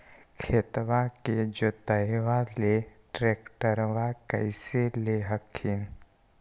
खेतबा के जोतयबा ले ट्रैक्टरबा कैसे ले हखिन?